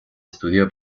estudió